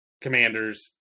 Commanders